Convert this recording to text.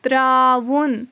ترٛاوُن